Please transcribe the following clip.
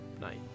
night